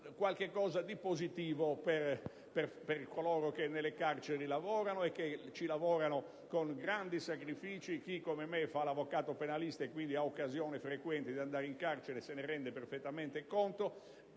qualcosa di positivo per coloro che nelle carceri lavorano, e che ci lavorano con grandi sacrifici; chi come me fa l'avvocato penalista e quindi ha occasioni frequenti di andare in carcere se ne rende perfettamente conto: